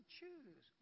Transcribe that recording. choose